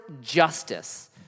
justice